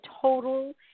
total